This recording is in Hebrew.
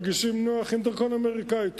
מרגישים נוח עם דרכון אמריקני.